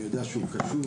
אני יודע שהוא קשור,